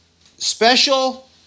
special